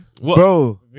bro